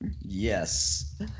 Yes